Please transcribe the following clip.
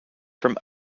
from